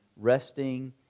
resting